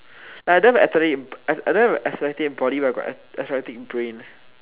I don't have athletic I don't have athletic body but I have athletic brain